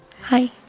Hi